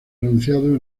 anunciado